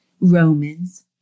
Romans